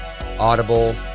Audible